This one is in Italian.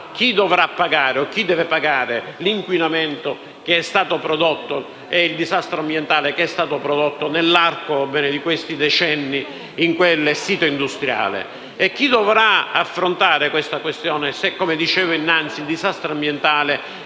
deve pagare l'inquinamento e il disastro ambientale prodotti nell'arco di questi decenni in quel sito industriale? Chi dovrà affrontare tale questione se, come dicevo prima, il disastro ambientale